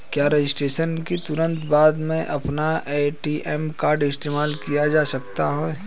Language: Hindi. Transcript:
क्या रजिस्ट्रेशन के तुरंत बाद में अपना ए.टी.एम कार्ड इस्तेमाल किया जा सकता है?